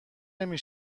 نمی